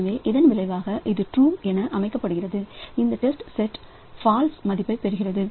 எனவே இதன் விளைவாக இது ட்ரூ என அமைக்கப்பட்டு இந்த டெஸ்ட் செட் ஃபால்ஸ் மதிப்பைப் பெறுகிறது